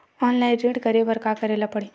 Online ऋण करे बर का करे ल पड़हि?